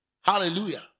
Hallelujah